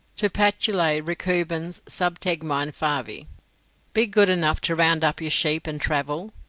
tu patulae recubans sub tegmine fayi, be good enough to round up your sheep and travel.